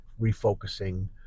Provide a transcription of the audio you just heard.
refocusing